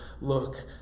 look